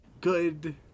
good